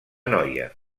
noia